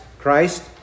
Christ